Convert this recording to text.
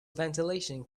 ventilation